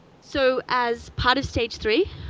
so as part of stage three,